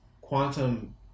quantum